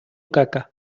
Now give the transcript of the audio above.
caca